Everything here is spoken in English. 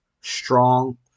strong